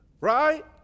right